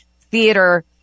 theater